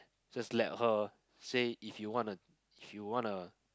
just let her say if you wanna if you wanna